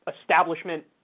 establishment